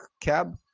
cab